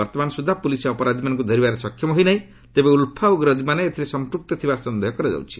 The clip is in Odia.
ବର୍ତ୍ତମାନ ସୁଦ୍ଧା ପୁଲିସ୍ ଅପରାଧିମାନଙ୍କୁ ଧରିବାରେ ସକ୍ଷମ ହୋଇ ନାହିଁ ତେବେ ଉଲ୍ଫା ଉଗ୍ରବାଦୀମାନେ ଏଥିରେ ସଂପୃକ୍ତ ଥିବା ସନ୍ଦେହ କରାଯାଉଛି